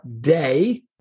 day